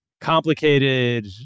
complicated